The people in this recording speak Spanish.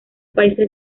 países